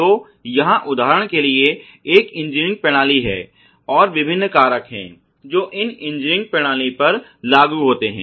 तो यहाँ उदाहरण के लिए एक इंजीनियरिंग प्रणाली है और विभिन्न कारक हैं जो इन इंजीनियरिंग प्रणाली पर लागू होते हैं